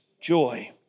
joy